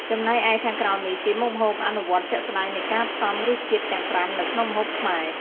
ចំណែកឯ ខាងក្រោមនេះជាមុខម្ហូបអនុវត្តជាក់ស្ដែងនៃការផ្សំរសជាតិទាំងប្រាំនៅក្នុងម្ហូបខ្មែរ ។